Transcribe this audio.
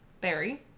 barry